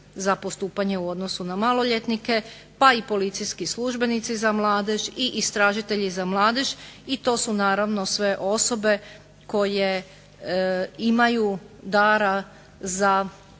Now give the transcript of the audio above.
za postupanje u odnosu na maloljetnike, pa i policijski službenici za mladež i istražitelji za mladež, i to su naravno sve osobe koje imaju dara za